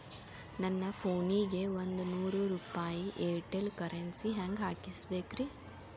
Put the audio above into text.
ನನ್ನ ಫೋನಿಗೆ ಒಂದ್ ನೂರು ರೂಪಾಯಿ ಏರ್ಟೆಲ್ ಕರೆನ್ಸಿ ಹೆಂಗ್ ಹಾಕಿಸ್ಬೇಕ್ರಿ?